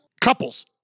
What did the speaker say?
couples